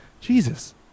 Jesus